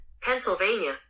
Pennsylvania